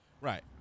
Right